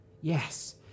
Yes